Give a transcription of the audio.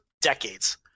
decades